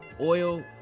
oil